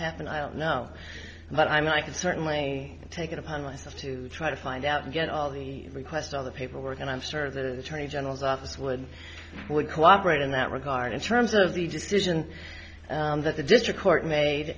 happened i don't know but i could certainly take it upon myself to try to find out and get all the request on the paperwork and i'm sort of the attorney general's office would would cooperate in that regard in terms of the decision that the district court made